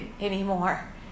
anymore